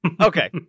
okay